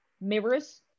Mirrors